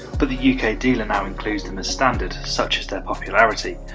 but the uk ah dealer now includes them as standard, such as their popularity.